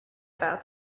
about